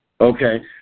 Okay